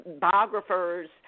biographers